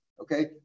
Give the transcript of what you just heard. okay